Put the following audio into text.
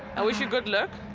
i wish you good luck.